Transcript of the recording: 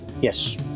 Yes